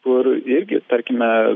kur irgi tarkime